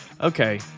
Okay